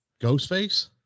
Ghostface